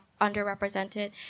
underrepresented